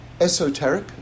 esoteric